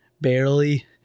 barely